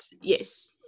yes